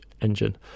engine